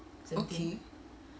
okay t